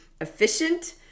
efficient